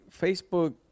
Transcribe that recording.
Facebook